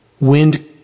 wind